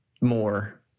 more